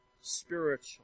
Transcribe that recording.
spiritual